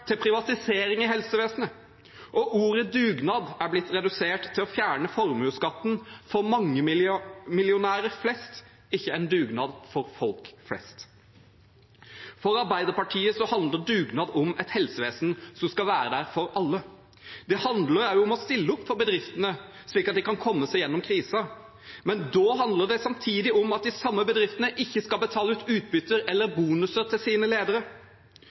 til privatisering i helsevesenet, og ordet «dugnad» er blitt redusert til å fjerne formuesskatten for mangemillionærer flest, ikke en dugnad for folk flest. For Arbeiderpartiet handler dugnad om et helsevesen som skal være der for alle. Det handler også om å stille opp for bedriftene slik at de kan komme seg gjennom krisen, men da handler det samtidig om at de samme bedriftene ikke skal betale ut utbytter eller bonuser til sine ledere.